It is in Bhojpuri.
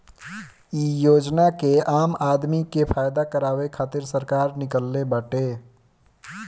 इ योजना के आम आदमी के फायदा करावे खातिर सरकार निकलले बाटे